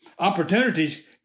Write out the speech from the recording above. Opportunities